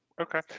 Okay